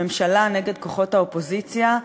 הממשלה נגד כוחות האופוזיציה,